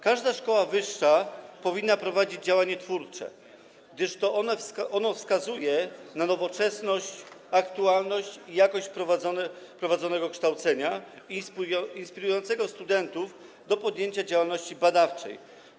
Każda szkoła wyższa powinna prowadzić działania twórcze, gdyż to one wskazują na nowoczesność, aktualność i jakość prowadzonego kształcenia inspirującego studentów do podjęcia działalności badawczej.